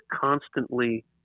constantly